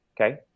Okay